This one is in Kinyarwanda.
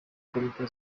komite